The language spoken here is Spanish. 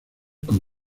con